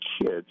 kids